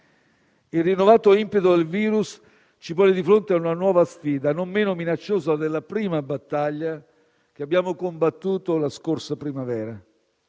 Il rinnovato impeto del virus ci pone di fronte a una nuova sfida, non meno minacciosa della prima battaglia che abbiamo combattuto la scorsa primavera.